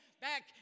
back